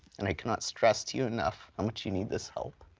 and i cannot stress to you enough how much you need this help.